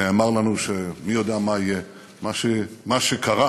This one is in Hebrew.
נאמר לנו שמי יודע מה יהיה, ומה שקרה